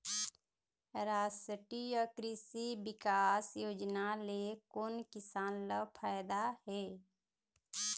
रास्टीय कृषि बिकास योजना ले कोन किसान ल फायदा हे?